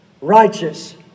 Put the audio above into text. righteous